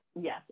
Yes